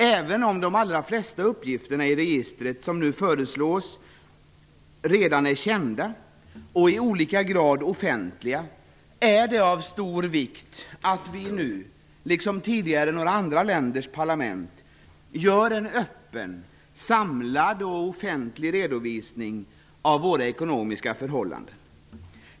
Även om de allra flesta uppgifterna i det register som nu föreslås redan är kända och i olika grad offentliga, är det av stor vikt att vi nu, liksom några andra länders parlament tidigare gjort, gör en öppen, samlad och offentlig redovisning av våra ekonomiska förhållanden.